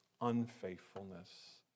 unfaithfulness